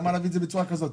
למה להביא את זה בצורה כזאת?